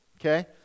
Okay